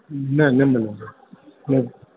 न न न हूं